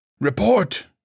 Report